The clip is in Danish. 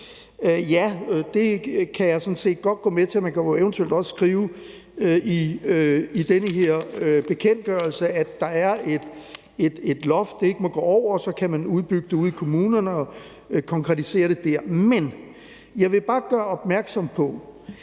kan jeg sådan set godt gå med til, og man kan sådan set også godt skrive i den her omtalte bekendtgørelse, at der er et loft, som de ikke må gå over, og så kan man udbygge det ude i kommunerne og konkretisere det der. Men jeg vil bare gøre opmærksom på,